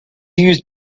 used